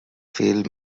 fil